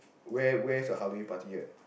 where where your Halloween party right